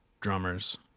drummers